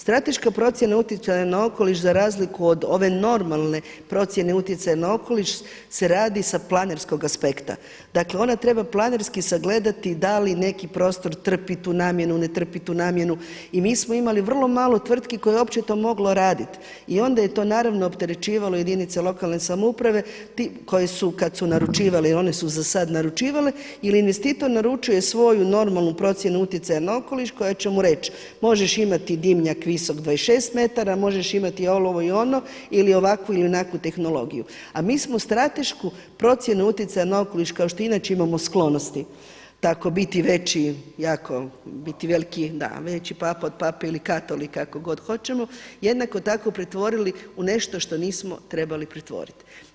Strateška procjena utjecaja na okoliš za razliku od ove normalne procjene utjecaja na okoliš se radi sa planerskog aspekta, dakle ona treba planerski sagledati da li neki prostor trpi tu namjenu, ne trpi tu namjenu i mi smo imali vrlo malo tvrtki koje je uopće to moglo raditi i onda je to naravno opterećivalo jedinice lokalne samouprave koje su kad su naručivale one su za sada naručivale ili investitor naručuje svoju normalnu procjenu utjecaja na okoliš koja će mu reći možeš imati dimnjak visok 26 metara, možeš imati olovo i ono, ili ovakvu ili onakvu tehnologiju a mi smo stratešku procjenu utjecaja na okoliš kao što inače imamo sklonosti tako biti veći, jako biti veliki, da veći … [[Govornica se ne razumije.]] ili katolik kako god hoćemo jednako tako pretvorili u nešto što nismo trebali pretvoriti.